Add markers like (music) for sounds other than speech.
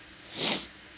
(breath)